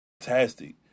fantastic